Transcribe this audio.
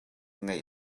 ngei